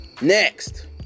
Next